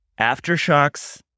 Aftershocks